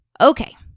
Okay